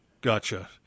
Gotcha